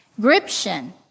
Gription